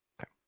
okay